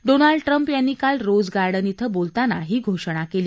Donald Trump यांनी काल Rose Garden इथं बोलताना ही घोषणा केली